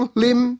lim